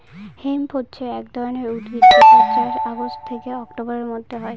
hemp হছে এক ধরনের উদ্ভিদ যেটার চাষ অগাস্ট থেকে অক্টোবরের মধ্যে হয়